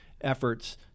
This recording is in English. efforts